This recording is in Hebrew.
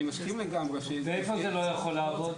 אני מסכים לגמרי -- איפה זה לא יכול לעבוד?